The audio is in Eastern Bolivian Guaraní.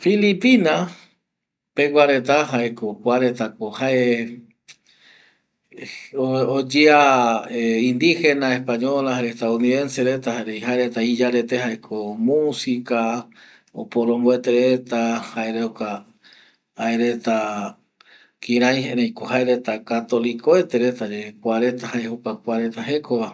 Filipina pegua reta jaeko kuaretako oyea indina, espoñola jare estado unidense reta jarevi jaereta iyarete jaeko musika oporomboete reta jaereta kirai ereiko jaerteta katolikoete reta yepe kuareta jae jokua kuareta jekova